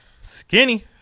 Skinny